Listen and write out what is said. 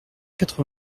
quatre